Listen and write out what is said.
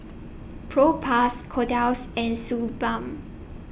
Propass Kordel's and Suu Balm